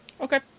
Okay